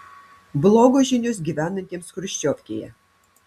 blogos žinios gyvenantiems chruščiovkėje